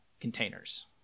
containers